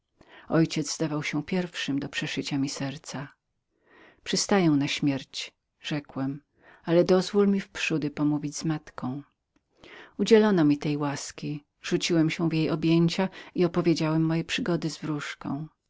ojciec zdawał się pierwszym do przeszycia mi serca przystaję na śmierć rzekłem ale dozwól mi wprzódy pomówić z moją matką udzielono mi tę łaskę rzuciłem się w jej objęcia i opowiedziałem moje przygody z wróżką